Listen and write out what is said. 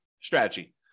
strategy